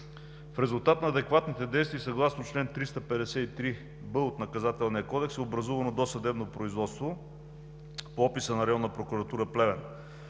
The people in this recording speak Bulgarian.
В резултат на адекватните действия и съгласно чл. 353б от Наказателния кодекс, е образувано досъдебно производство по описа на Районната прокуратура – Плевен.